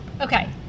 okay